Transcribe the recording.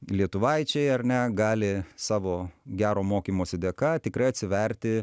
lietuvaičiai ar ne gali savo gero mokymosi dėka tikrai atsiverti